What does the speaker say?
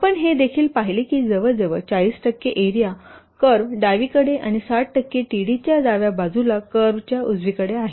आपण हे देखील पाहिले आहे की जवळजवळ 40 टक्के एरिया कर्व डावीकडे आणि 60 टक्के T D च्या डाव्या बाजूला कर्व च्या उजवीकडे आहे